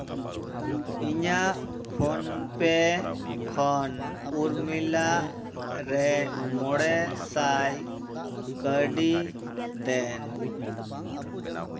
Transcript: ᱤᱧᱟᱹᱜ ᱯᱷᱳᱱ ᱯᱮ ᱠᱷᱚᱱ ᱩᱨᱢᱤᱞᱟ ᱨᱮ ᱢᱚᱬᱮ ᱥᱟᱭ ᱠᱟᱹᱣᱰᱤ ᱫᱮᱱ